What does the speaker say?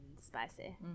spicy